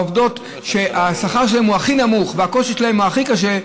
העובדות שהשכר שלהן הוא הכי נמוך והקושי שלהן הוא הכי קשה,